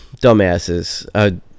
dumbasses